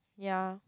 yea